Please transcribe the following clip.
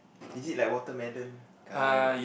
is it like watermelon colour that